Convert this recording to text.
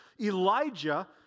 Elijah